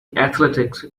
athletics